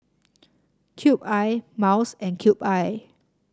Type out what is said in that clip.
Cube I Miles and Cube I